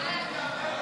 ההצעה